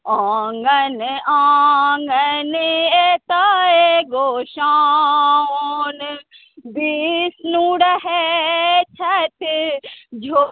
आङ्गन आङ्गन एतऽ गोसाउनि विष्णु रहै छथि